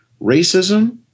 racism